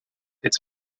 its